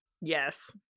Yes